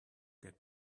get